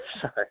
Sorry